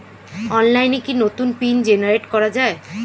অনলাইনে কি নতুন পিন জেনারেট করা যায়?